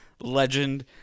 legend